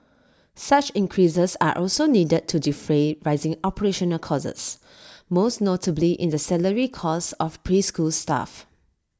such increases are also needed to defray rising operational costs most notably in the salary costs of preschool staff